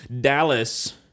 Dallas